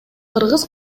кыргыз